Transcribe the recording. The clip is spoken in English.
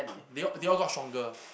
they they all got stronger